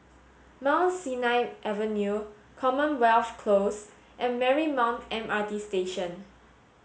Mount Sinai Avenue Commonwealth Close and Marymount M R T Station